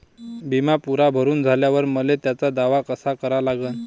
बिमा पुरा भरून झाल्यावर मले त्याचा दावा कसा करा लागन?